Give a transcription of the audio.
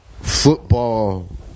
football